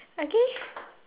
okay